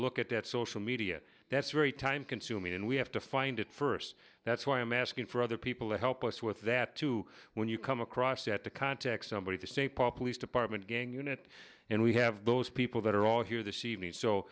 look at social media that's very time consuming and we have to find it first that's why i'm asking for other people to help us with that too when you come across at the context somebody the st paul police department gang unit and we have those people that are all here this evening so